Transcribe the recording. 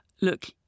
look